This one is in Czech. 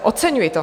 Oceňuji to.